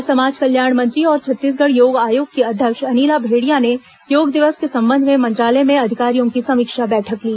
आज समाज कल्याण मंत्री और छत्तीसगढ़ योग आयोग की अध्यक्ष अनिला भेंड़िया ने योग दिवस के संबंध में मंत्रालय में अधिकारियों की समीक्षा बैठक ली